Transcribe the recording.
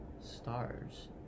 Stars